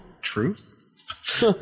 Truth